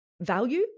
value